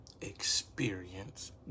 experience